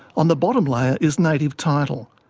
on the bottom layer is native title.